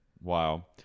Wow